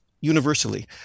universally